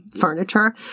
furniture